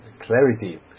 clarity